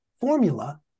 formula